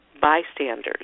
bystanders